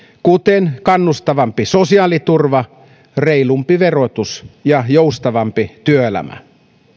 kuten kannustavampi sosiaaliturva reilumpi verotus ja joustavampi työelämä